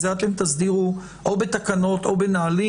את זה תסדירו או בתקנות או בנהלים.